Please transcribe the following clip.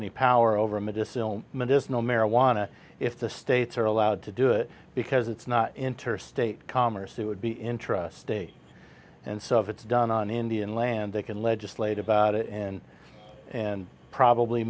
any power over medicinal medicinal marijuana if the states are allowed to do it because it's not interstate commerce it would be interesting and so if it's done on indian land they can legislate about it and probably